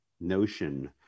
notion